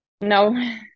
no